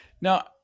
Now